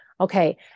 Okay